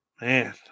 man